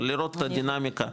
אבל לראות את הדינמיקה,